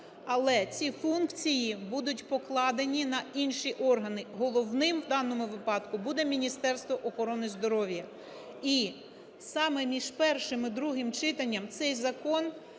Але ці функції будуть покладені на інші органи. Головним, в даному випадку, буде Міністерство охорони здоров'я. І саме між першим і другим читанням цей закон